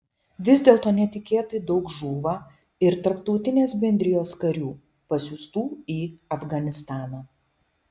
vis dėlto netikėtai daug žūva ir tarptautinės bendrijos karių pasiųstų į afganistaną